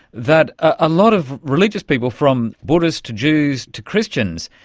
that a lot of religious people, from buddhists to jews to christians,